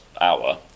hour